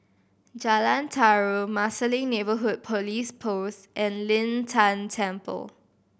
Jalan Tarum Marsiling Neighbourhood Police Post and Lin Tan Temple